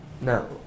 No